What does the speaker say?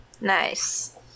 Nice